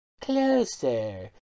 closer